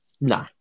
No